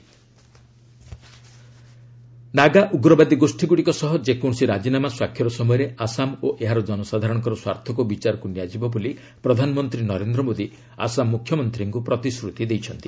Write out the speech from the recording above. PM Assam CM meet Naga ଉଗ୍ରବାଦୀ ଗୋଷ୍ଠୀଗୁଡ଼ିକ ସହ ଯେକୌଣସି ରାଜିନାମା ସ୍ୱାକ୍ଷର ସମୟରେ ଆସାମ ଓ ଏହାର ଜନସାଧାରଣଙ୍କର ସ୍ୱାର୍ଥକୁ ବିଚାରକୁ ନିଆଯିବ ବୋଲି ପ୍ରଧାନମନ୍ତ୍ରୀ ନରେନ୍ଦ୍ର ମୋଦି ଆସାମ ମୁଖ୍ୟମନ୍ତ୍ରୀଙ୍କୁ ପ୍ରତିଶ୍ରତି ଦେଇଛନ୍ତି